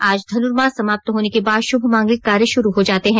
आज धनुर्मांस समाप्त होने के बाद शुभ मांगलिक कार्य शुरू हो जाते हैं